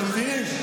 אתם מבינים?